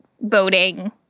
voting